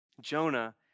Jonah